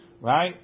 Right